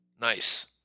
Nice